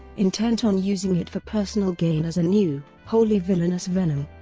intent on using it for personal gain as a new, wholly villainous venom.